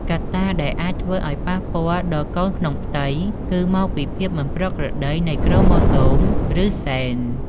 កត្តាដែលអាចធ្វើអោយប៉ះពាល់ដល់កូនក្នុងផ្ទៃគឺមកពីភាពមិនប្រក្រតីនៃក្រូម៉ូសូម ឬហ្សែន ។